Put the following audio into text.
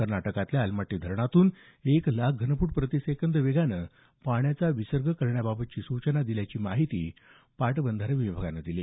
कर्नाटकातल्या अलमट्टी धरणातून एक लाख घनफूट प्रतिसेकंद वेगानं पाण्याचा विसर्ग करण्याबाबत सूचना दिल्याची माहिती पाटबंधारे विभागानं दिली